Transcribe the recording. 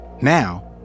Now